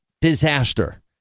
disaster